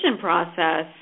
process